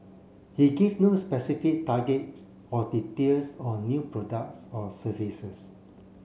he give no specific targets or details on new products or services